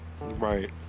Right